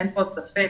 אין כאן ספק